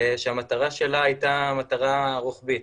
שהמטרה שלה הייתה מטרה רוחבית.